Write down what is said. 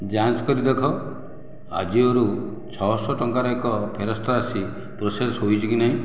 ଯାଞ୍ଚ କରି ଦେଖ ଆଜିଓରୁ ଛଅ ଶହ ଟଙ୍କାର ଏକ ଫେରସ୍ତ ରାଶି ପ୍ରୋସେସ୍ ହୋଇଛି କି ନାହିଁ